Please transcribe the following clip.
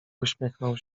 uśmiechnął